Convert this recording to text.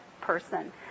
person